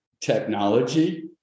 technology